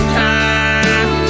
time